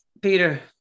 Peter